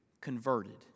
converted